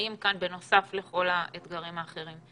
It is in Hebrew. מזהים כאן בנוסף לכל האתגרים האחרים.